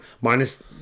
Minus